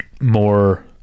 more